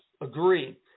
agree